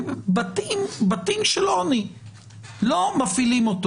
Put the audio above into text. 000 ₪ ואם תחליטו אחרי זה,